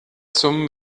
zum